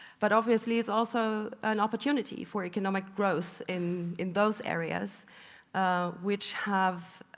but obviously it's also an opportunity for economic growth in in those areas which have